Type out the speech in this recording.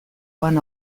joan